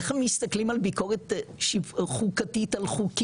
כלומר איך הם מסתכלים על ביקורת חוקתית על חוקים,